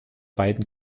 beiden